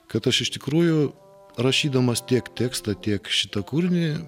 kad aš iš tikrųjų rašydamas tiek tekstą tiek šitą kūrinį